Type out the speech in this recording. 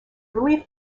relief